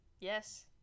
Yes